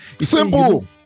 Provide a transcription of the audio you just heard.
Simple